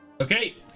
Okay